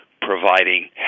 providing